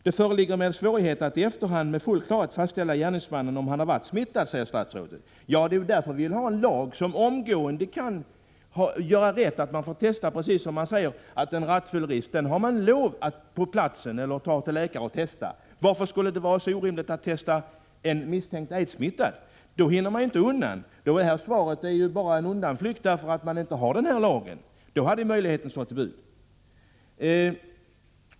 Det föreligger naturligtvis svårigheter att i efterhand med full klarhet fastställa om gärningsmannen var smittad vid brottstillfället, säger statsrådet. Ja, det är därför vi vill ha en lag som gör det möjligt att omgående testa gärningsmännen precis som man har rätt att — på platsen eller hos en läkare — testa en misstänkt rattfyllerist. Varför skulle det vara så orimligt att aidstesta den som är misstänkt för ett sexuellt brott? Då hinner han inte undan! Det här svaret är bara en undanflykt för att vi inte har en sådan lag. Då hade möjligheten stått till buds.